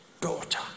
daughter